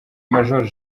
major